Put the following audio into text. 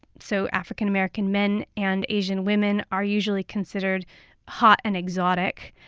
so african-american men and asian women are usually considered hot and exotic,